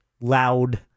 loud